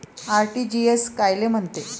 RTGS कायले म्हनते?